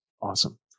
awesome